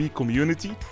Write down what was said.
community